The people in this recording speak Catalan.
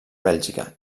bèlgica